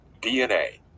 DNA